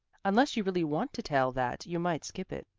unless you really want to tell that you might skip it,